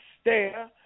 stare